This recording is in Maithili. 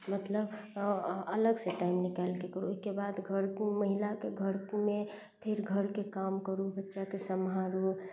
मतलब अलग से टाइम निकालिके करू ओहिके बाद घर महिलाके घरमे फेर घरके काम करू बच्चाके सम्हारू